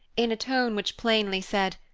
in a tone which plainly said,